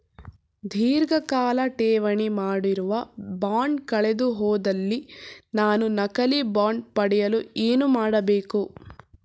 ಧೀರ್ಘಕಾಲ ಠೇವಣಿ ಮಾಡಿರುವ ಬಾಂಡ್ ಕಳೆದುಹೋದಲ್ಲಿ ನಾನು ನಕಲಿ ಬಾಂಡ್ ಪಡೆಯಲು ಏನು ಮಾಡಬೇಕು?